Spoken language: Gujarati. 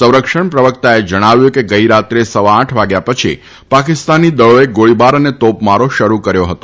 સંરક્ષણ પ્રવક્તાએ જણાવ્યું હતુ કે ગઇરાત્રે સવા આઠ વાગ્યાપછી પાકિસ્તાની દળોએ ગોળીબાર તથા તોપમારો શરૂ કર્યો હતો